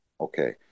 Okay